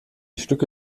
stücke